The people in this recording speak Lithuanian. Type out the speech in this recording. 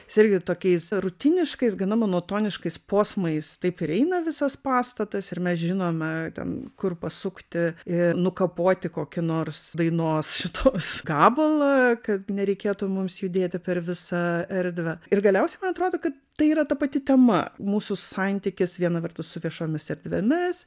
jis irgi tokiais rutiniškais gana monotoniškais posmais taip ir eina visas pastatas ir mes žinome ten kur pasukti ir nukapoti kokį nors dainos šitos gabalą kad nereikėtų mums judėti per visą erdvę ir galiausiai man atrodo kad tai yra ta pati tema mūsų santykis viena vertus su viešomis erdvėmis